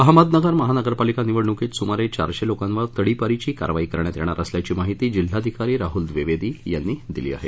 अहमदनगर महानगरपालिका निवडणुकीत सुमारे चारशे लोकांवर तडीपारची कारवाई करण्यात येणार असल्याची माहिती जिल्हाधिकारी राहुल द्विवेदी यांनी दिली आहे